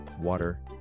water